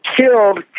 killed